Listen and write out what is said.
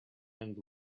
and